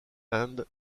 and